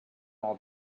all